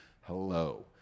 hello